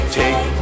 take